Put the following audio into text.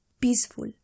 peaceful